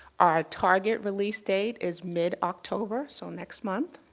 target release date is mid october so next month.